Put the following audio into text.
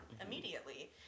immediately